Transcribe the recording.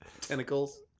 Tentacles